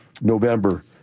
November